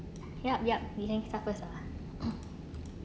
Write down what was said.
yup yup we start first lah